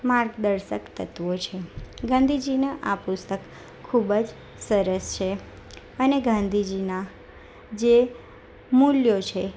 માર્ગદર્શક તત્ત્વો છે ગાંધીજીના આ પુસ્તક ખૂબ જ સરસ છે અને ગાંધીજીના જે મૂલ્યો છે